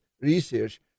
research